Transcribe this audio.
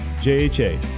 JHA